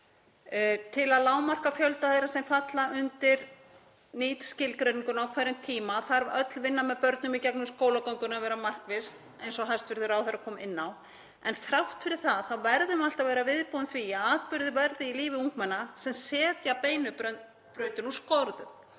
Til að lágmarka fjölda þeirra sem falla undir NEET-skilgreininguna á hverjum tíma þarf öll vinna með börnum í gegnum skólagönguna að vera markviss, eins og hæstv. ráðherra kom inn á, en þrátt fyrir það verðum við alltaf að vera viðbúin því að atburðir verði í lífi ungmenna sem setja beinu brautina úr skorðum.